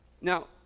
now